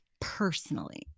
personally